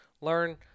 Learn